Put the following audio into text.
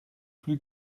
plus